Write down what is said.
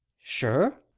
sure?